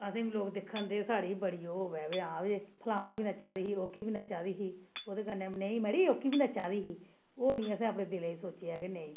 असेंगी बी लोक दिक्खन असेंगी बी ओह् होऐ केह् फलानी बी नच्चा दी ही ओह् की ही नच्चा दी ही नेई मड़ी ओह् की नच्चा दी ही ओह् नी असें बी अपने दिलै च सोचेआ के नेई